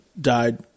died